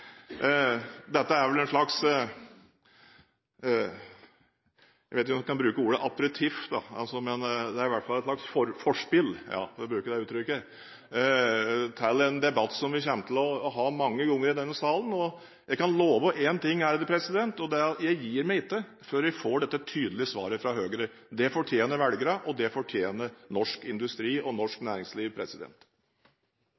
dette er vel en slags aperitiff – jeg vet ikke om en kan bruke det ordet – eller i hvert fall et forspill til en debatt som vi kommer til å ha mange ganger i denne salen, og jeg kan love en ting, og det er at jeg gir meg ikke før vi får dette tydelige svaret fra Høyre. Det fortjener velgerne, og det fortjener norsk industri og norsk